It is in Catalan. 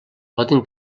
poden